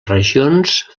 regions